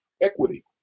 equity